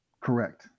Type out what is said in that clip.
Correct